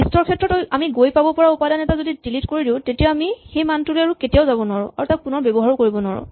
list ৰ ক্ষেত্ৰতে আমি গৈ পাব পৰা উপাদান এটা যদি ডিলিট কৰি দিওঁ তেতিয়া আমি সেই মানটোলৈ আৰু কেতিয়াও যাব নোৱাৰো আৰু তাক পুণৰ ব্যৱহাৰো কৰিব নোৱাৰো